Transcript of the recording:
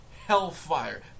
hellfire